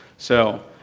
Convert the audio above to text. so,